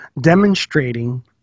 demonstrating